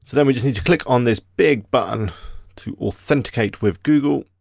then we just need to click on this big button to authenticate with google.